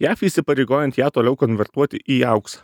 jav įsipareigojant ją toliau konvertuoti į auksą